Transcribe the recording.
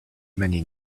many